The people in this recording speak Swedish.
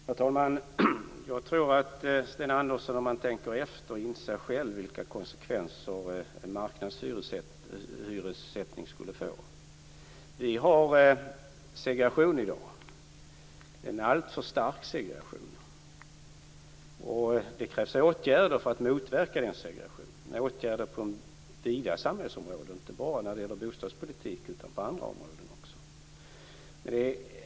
Herr talman! Jag tror att Sten Andersson, om han tänker efter, själv inser vilka konsekvenser en marknadshyressättning skulle få. Vi har i dag en alltför stark segregation, och det krävs åtgärder för att motverka den, inte bara inom bostadspolitiken utan också på andra samhällsområden.